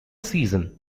season